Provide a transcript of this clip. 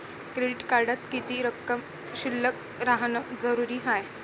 Credit कार्डात किती रक्कम शिल्लक राहानं जरुरी हाय?